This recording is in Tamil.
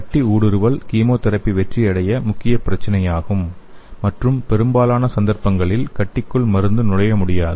கட்டி ஊடுருவல் கீமோதெரபி வெற்றி அடைய முக்கிய பிரச்சினையாகும் மற்றும் பெரும்பாலான சந்தர்ப்பங்களில் கட்டிக்குள் மருந்து நுழைய முடியாது